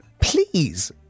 Please